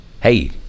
hey